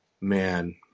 Man